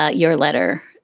ah your letter,